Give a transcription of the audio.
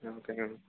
okay